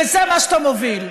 וזה מה שאתה מוביל.